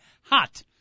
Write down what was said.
hot